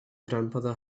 grandfather